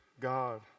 God